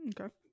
Okay